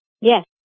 Yes